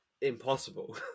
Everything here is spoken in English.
impossible